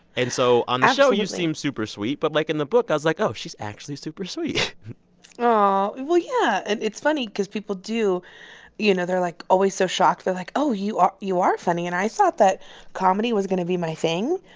and so on the show. absolutely. you seem super sweet. but, like, in the book, i was like, oh, she's actually super sweet aww. well, yeah. and it's funny because people do you know, they're, like, always so shocked. they're, like, oh, you are you are funny. and i thought that comedy was going to be my thing.